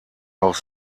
auch